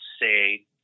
say